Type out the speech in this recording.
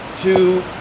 two